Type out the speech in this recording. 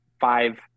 five